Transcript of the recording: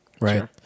right